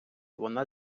вона